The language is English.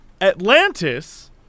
Atlantis